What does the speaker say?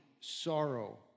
sorrow